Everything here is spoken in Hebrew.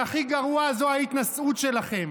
והכי גרוע זה ההתנשאות שלכם.